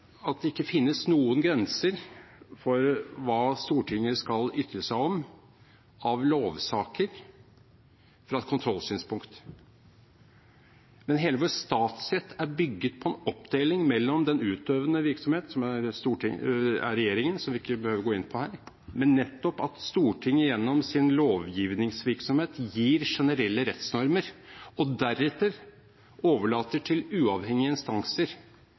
at det ikke finnes noen grenser for hva Stortinget fra et kontrollsynspunkt skal ytre seg om av lovsaker. Hele vår statsrett er bygget på en oppdeling mellom den utøvende virksomhet, som er regjeringen – noe jeg ikke behøver å gå inn på her – og Stortinget, som gjennom sin lovgivningsvirksomhet nettopp gir generelle rettsnormer og deretter overlater til uavhengige instanser